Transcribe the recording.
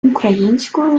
українською